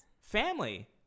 family